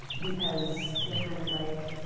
because you're kind of like,